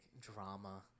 Drama